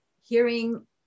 hearing